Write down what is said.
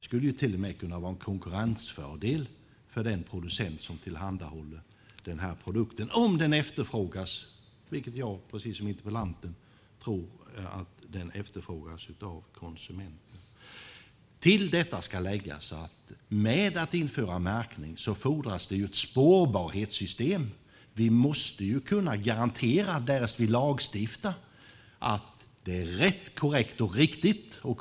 Det kan till och med vara en konkurrensfördel för den producent som tillhandahåller produkten - om den efterfrågas av konsumenten, vilket jag, precis som interpellanten, tror. Till detta ska läggas att märkning fordrar ett spårbarhetssystem. Vi måste kunna garantera, därest vi lagstiftar, att märkningen är rätt, korrekt och riktig.